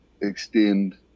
extend